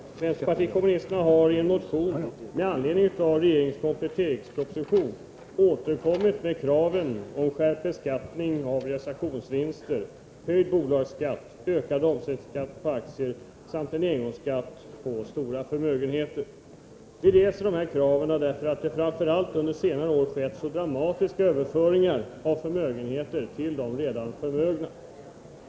Herr talman! Vänsterpartiet kommunisterna har i en motion med anledning av regeringens kompletteringsproposition återkommit med kraven på skärpt beskattning av realisationsvinster, höjd bolagsskatt, ökad omsättningsskatt på aktier samt en engångsskatt på stora förmögenheter. Vi reser dessa krav därför att det framför allt under senare år har skett så dramatiska överföringar av förmögenheter till de redan förmögna.